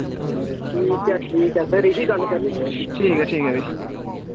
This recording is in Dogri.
ठीक ऐ ठीक ऐ फ्ही